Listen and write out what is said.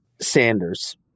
Sanders